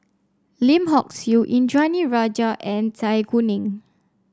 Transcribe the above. Lim Hock Siew Indranee Rajah and Zai Kuning